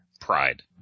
pride